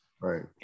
Right